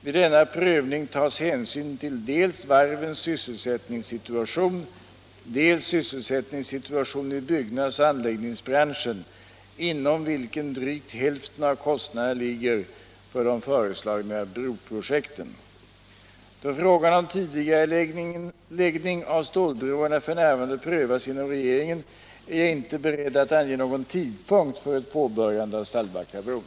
Vid denna prövning tas hänsyn till dels varvens sysselsättningssituation, dels sysselsättningssituationen i byggnadsoch anläggningsbranschen, inom vilken drygt hälften av kostnaderna ligger för de föreslagna broprojekten. Då frågan om tidigareläggning av stålbroarna f.n. prövas inom regeringen, är jag inte beredd att ange någon tidpunkt för ett påbörjande av Stallbackabron.